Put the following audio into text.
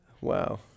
Wow